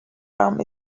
from